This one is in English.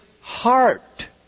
heart